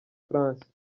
france